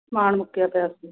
ਸਮਾਨ ਮੁੱਕਿਆ ਪਿਆ